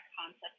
concept